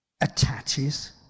attaches